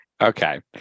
Okay